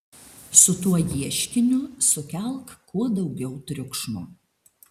su tuo ieškiniu sukelk kuo daugiau triukšmo